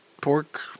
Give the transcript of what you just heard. pork